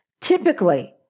Typically